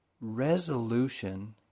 resolution